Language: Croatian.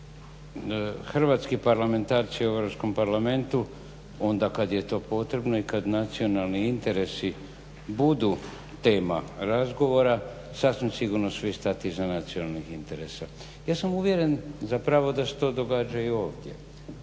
hrvatski parlamentarci u EU parlamentu onda kada je to potrebno i kada se nacionalni interesi budu tema razgovora sasvim sigurno stati iza nacionalnih interesa. Ja sam uvjeren zapravo da se to događa i ovdje.